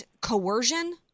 coercion